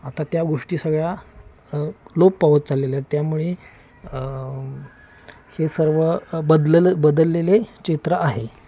आता त्या गोष्टी सगळ्या लोप पावत चाललेल्या आहे त्यामुळे हे सर्व बदललं बदललेले चित्र आहे